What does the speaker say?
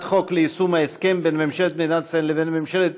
חוק ליישום ההסכם בין ממשלת מדינת ישראל לבין ממשלת